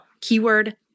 Keyword